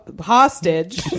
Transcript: Hostage